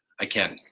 i can't,